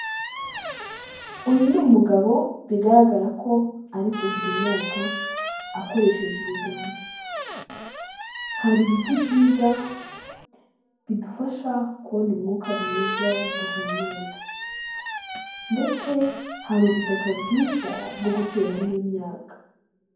Uyu ni umugabo bigaragara ko ari kuhira imyaka, akoresheje ibiganza, hari ibiti bidufasha kubona umwuka mwiza duhumeka ndetse hari ubutaka bwiza bwo guteramo imyaka.